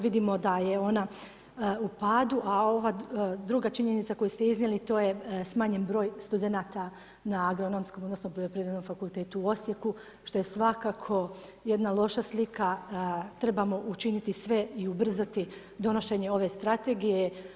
Vidimo da je ona u padu, a ova druga činjenica koju ste iznijeli to je smanjen br. studenata, na agronomskom, odnosno, poljoprivrednom fakultetu u Osijeku, što je svakako jedna loša slika, trebamo učiniti sve i ubrzati donošenje ove strategije.